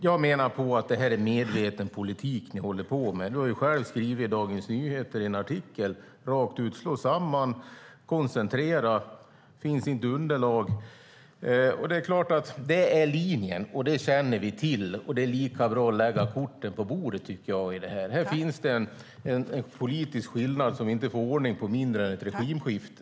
Jag menar att det är en medveten politik som ni håller på med. Du har själv skrivit i en artikel i Dagens Nyheter att man ska slå samman och koncentrera och att det inte finns underlag. Det är klart att det är linjen, och det känner vi till. Jag tycker att det är lika bra att lägga korten på bordet i detta sammanhang. Här finns det en politisk skillnad som vi inte får ordning på med mindre än att det blir ett regimskifte.